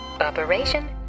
Operation